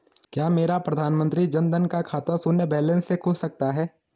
क्या मेरा प्रधानमंत्री जन धन का खाता शून्य बैलेंस से खुल सकता है?